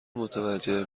متوجه